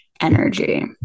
energy